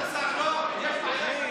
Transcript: אדוני,